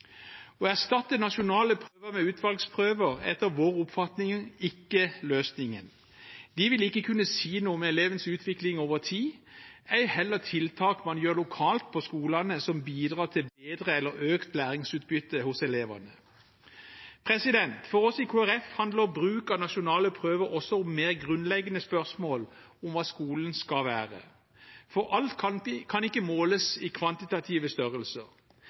erstatte nasjonale prøver med utvalgsprøver er etter vår oppfatning ikke løsningen. De vil ikke kunne si noe om elevens utvikling over tid, ei heller tiltak man gjør lokalt på skolene som bidrar til bedre eller økt læringsutbytte hos elevene. For oss i Kristelig Folkeparti handler bruk av nasjonale prøver også om mer grunnleggende spørsmål om hva skolen skal være, for alt kan ikke måles i kvantitative størrelser.